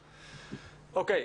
אוקיי.